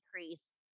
decrease